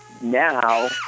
now